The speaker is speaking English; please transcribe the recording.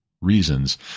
reasons